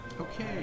okay